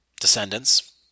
descendants